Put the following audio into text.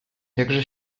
jakże